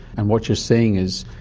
and what you're saying is,